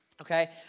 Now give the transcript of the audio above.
okay